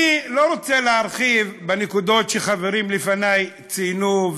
אני לא רוצה להרחיב בנקודות שחברים לפני ציינו,